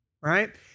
right